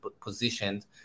positioned